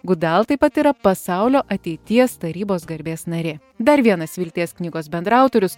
gudal taip pat yra pasaulio ateities tarybos garbės narė dar vienas vilties knygos bendraautorius